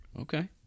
Okay